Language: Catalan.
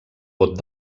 vot